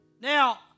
Now